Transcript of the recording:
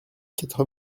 quatre